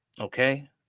Okay